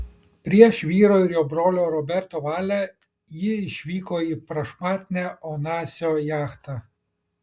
prieš vyro ir jo brolio roberto valią ji išvyko į prašmatnią onasio jachtą